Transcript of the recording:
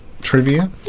trivia